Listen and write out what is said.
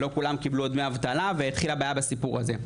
לא כולם קיבלו עוד דמי אבטלה והתחילה בעיה בסיפור הזה,